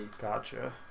Gotcha